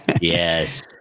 Yes